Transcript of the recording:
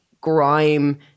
grime-